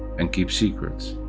and keep secrets.